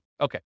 Okay